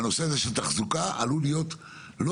והנושא של התחזוקה יכול להיות רלוונטי